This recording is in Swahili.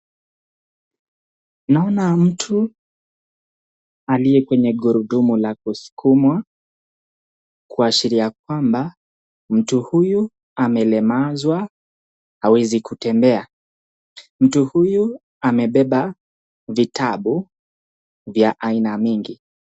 Naona mtu, aliye kwenye gurudumu la kusukumwa, kuashiria kwamba mtu huyu amelemazwa hawezi kutembea, mtu huyu amebeba vitabu vya aina mingi.